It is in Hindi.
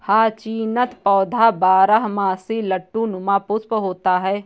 हाचीनथ पौधा बारहमासी लट्टू नुमा पुष्प होता है